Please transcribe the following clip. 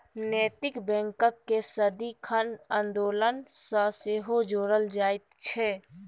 नैतिक बैंककेँ सदिखन आन्दोलन सँ सेहो जोड़ल जाइत छै